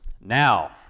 Now